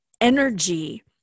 energy